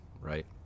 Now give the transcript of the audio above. right